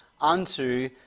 unto